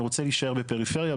אני רוצה להישאר בפריפריה,